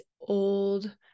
old